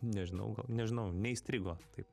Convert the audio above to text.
nežinau gal nežinau neįstrigo taip